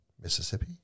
Mississippi